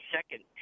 Second